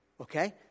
Okay